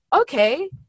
okay